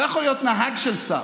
לא יכול להיות נהג של שר.